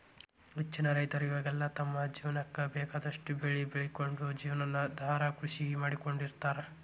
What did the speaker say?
ಹೆಚ್ಚಿನ ರೈತರ ಇವಾಗೆಲ್ಲ ತಮ್ಮ ಜೇವನಕ್ಕ ಬೇಕಾದಷ್ಟ್ ಬೆಳಿ ಬೆಳಕೊಂಡು ಜೇವನಾಧಾರ ಕೃಷಿ ಮಾಡ್ಕೊಂಡ್ ಇರ್ತಾರ